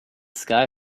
sky